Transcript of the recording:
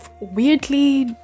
weirdly